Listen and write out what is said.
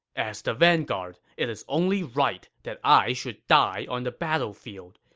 as the vanguard, it is only right that i should die on the battlefield.